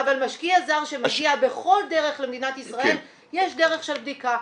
אבל משקיע זר שמגיע בכל דרך למדינת ישראל יש דרך של בדיקה.